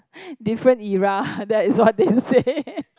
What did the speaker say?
different era that is what they say